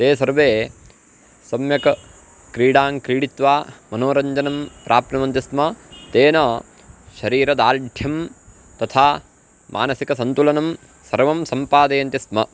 ते सर्वे सम्यक् क्रीडां क्रीडित्वा मनोरञ्जनं प्राप्नुवन्ति स्म तेन शरीरदार्ढ्यं तथा मानसिकसन्तुलनं सर्वं सम्पादयन्ति स्म